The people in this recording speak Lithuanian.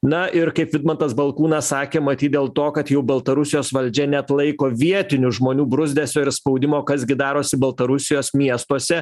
na ir kaip vidmantas balkūnas sakė matyt dėl to kad jau baltarusijos valdžia neatlaiko vietinių žmonių bruzdesio ir spaudimo kas gi darosi baltarusijos miestuose